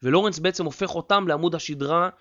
ולורנס בעצם הופך אותם לעמוד השדרה